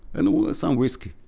and some whisky.